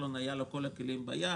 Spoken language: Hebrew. ולכחלון היו כל הכלים ביד